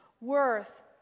worth